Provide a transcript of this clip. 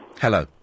Hello